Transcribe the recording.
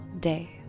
day